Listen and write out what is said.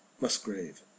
Musgrave